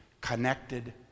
connected